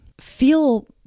feel